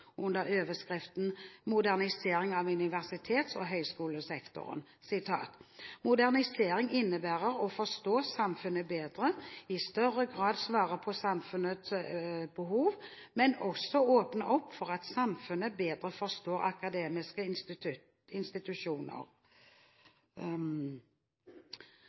under overskriften «Modernisering av universiteter og høyskoler»: «Modernisering innebærer å forstå samfunnet bedre, i større grad svare på samfunnets behov, men også å åpne opp for at samfunnet bedre forstår hva akademiske institusjoner